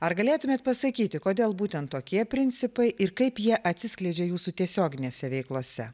ar galėtumėt pasakyti kodėl būtent tokie principai ir kaip jie atsiskleidžia jūsų tiesioginėse veiklose